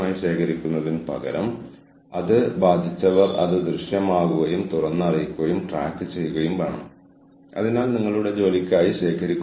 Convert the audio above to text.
ഈ പ്രക്രിയയെ സംബന്ധിച്ച് അവർക്കുള്ള വിശ്വാസം നീതിയെക്കുറിച്ചുള്ള ധാരണ ഇവിടെ തികച്ചും നിർണായകമാണ്